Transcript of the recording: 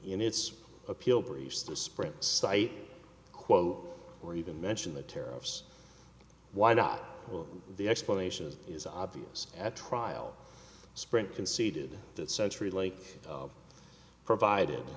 in its appeal briefs the sprint site quote or even mention the tariffs why not all the explanations is obvious at trial sprint conceded that century link provided